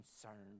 concerned